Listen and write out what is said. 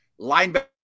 linebacker